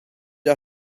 our